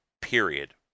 period